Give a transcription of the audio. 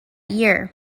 year